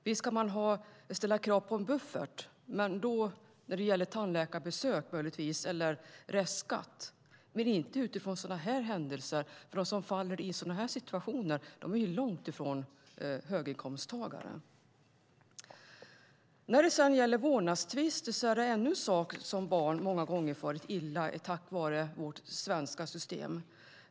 Visst kan man ställa krav på en buffert, men då ska det gälla tandläkarbesök, möjligtvis, eller restskatt - inte sådana här händelser. De som hamnar i sådana situationer är nämligen långt ifrån höginkomsttagare. När det sedan gäller vårdnadstvister är det ännu en sak som barn många gånger far illa på grund av vårt svenska system.